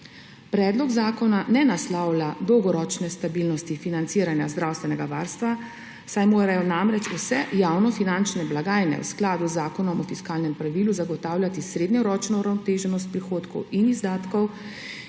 Predlog zakona ne naslavlja dolgoročne stabilnosti financiranja zdravstvenega varstva, saj morajo namreč vse javnofinančne blagajne v skladu z Zakonom o fiskalnem pravilu zagotavljati srednjeročno uravnoteženost prihodkov in izdatkov,